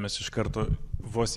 mes iš karto vos